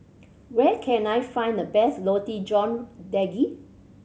where can I find the best Roti John Daging